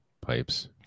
pipes